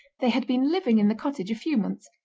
they had been living in the cottage a few months,